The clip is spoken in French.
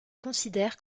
considèrent